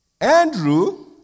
Andrew